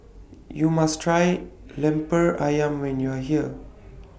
YOU must Try Lemper Ayam when YOU Are here